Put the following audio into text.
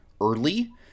early